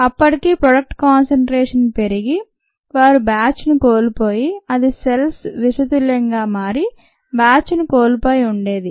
అప్పటికి product concentration పెరిగి వారు బ్యాచ్ను కోల్పోయి అది సెల్స్ విషతుల్యంగా మారి బ్యాచ్ ను కోల్పోయి ఉండేది